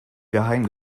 geheim